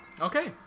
Okay